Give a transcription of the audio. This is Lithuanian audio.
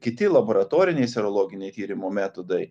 kiti laboratoriniai serologinio tyrimo metodai